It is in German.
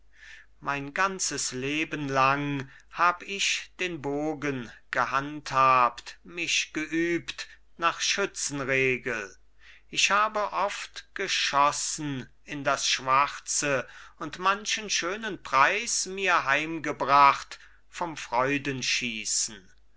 mein ganzes leben lang hab ich den bogen gehandhabt mich geübt nach schützenregel ich habe oft geschossen in das schwarze und manchen schönen preis mir heimgebracht vom